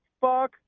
Fuck